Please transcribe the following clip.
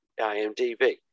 IMDB